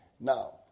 Now